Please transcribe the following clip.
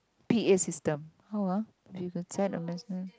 P_A system how ah with a announcement